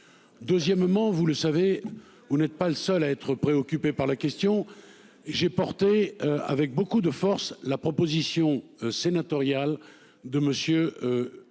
Deuxièmement, vous le savez, vous n'êtes pas le seul à être préoccupé par la question. J'ai porté avec beaucoup de force la proposition sénatoriale de Monsieur.